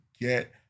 get